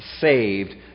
saved